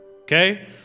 Okay